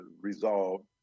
resolved